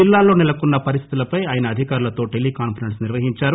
జిల్లాలో నెలకొన్న పరిస్థితులపై ఆయన జిల్లా అధికారులతో టెలీకాన్సరెన్స్ నిర్వహించారు